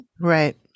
Right